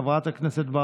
חברת הכנסת לסקי,